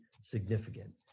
significant